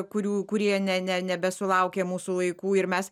kurių kurie ne nebesulaukė mūsų laikų ir mes